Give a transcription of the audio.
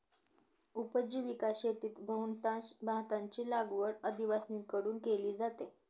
उपजीविका शेतीत बहुतांश भाताची लागवड आदिवासींकडून केली जाते